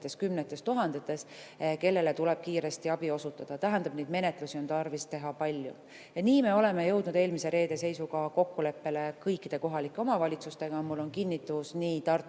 kõikide kohalike omavalitsustega. Mul on kinnitus nii Tartu